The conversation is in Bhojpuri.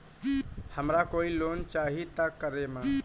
हमरा कोई लोन चाही त का करेम?